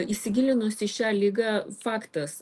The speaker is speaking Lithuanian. įsigilinus į šią ligą faktas